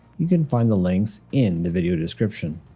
you can find the links in the video description.